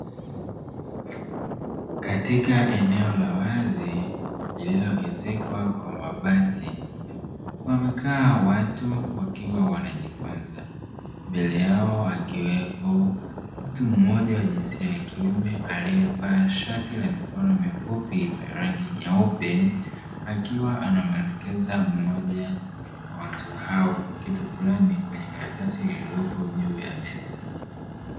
Katika eneo la wazi lililoezekwa kwa mabati wamekaa watu wakiwa wanajifunza, mbele yao akiwepo mtu mmoja wa jinsi ya kiume aliyevaa shati la mikono mifupi la rangi nyeupe akiwa anamwelekeza mmoja wa watu hao kitu fulani kwenye karatasi lililopo juu ya meza.